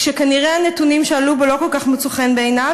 כשכנראה הנתונים שעלו בו לא כל כך מצאו חן בעיניו